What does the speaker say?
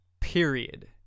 period